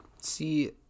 See